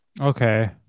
Okay